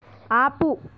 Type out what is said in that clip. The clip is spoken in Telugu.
ఆపు